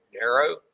narrow